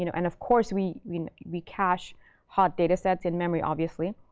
you know and of course, we i mean we cache hot datasets in memory, obviously.